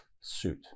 suit